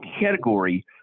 category